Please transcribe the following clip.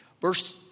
Verse